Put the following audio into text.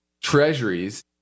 treasuries